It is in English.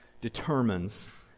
determines